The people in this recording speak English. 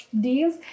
deals